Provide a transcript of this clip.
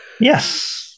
Yes